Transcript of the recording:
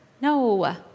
No